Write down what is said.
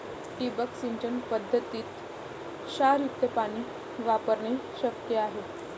ठिबक सिंचन पद्धतीत क्षारयुक्त पाणी वापरणे शक्य आहे